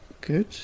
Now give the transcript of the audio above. Good